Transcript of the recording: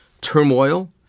turmoil